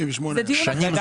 זה דיון אחר.